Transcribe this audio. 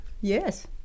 Yes